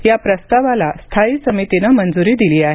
या प्रस्तावाला स्थायी समितीने मंजूरी दिली आहे